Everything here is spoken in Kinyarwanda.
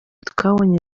twabonye